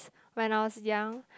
when I was young